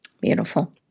Beautiful